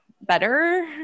better